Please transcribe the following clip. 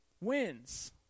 wins